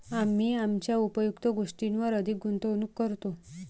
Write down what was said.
आम्ही आमच्या उपयुक्त गोष्टींवर अधिक गुंतवणूक करतो